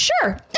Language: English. Sure